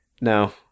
No